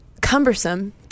cumbersome